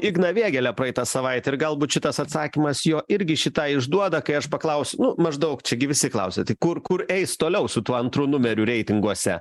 igną vėgėlę praeitą savaitę ir galbūt šitas atsakymas jo irgi šį tą išduoda kai aš paklaus nu maždaug čia gi visi klausia tai kur kur eis toliau su tuo antru numeriu reitinguose